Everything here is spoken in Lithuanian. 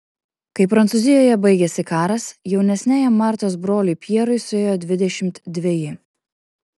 kai prancūzijoje baigėsi karas jaunesniajam martos broliui pjerui suėjo dvidešimt dveji